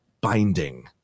binding